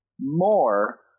more